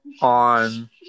on